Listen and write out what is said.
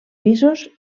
pisos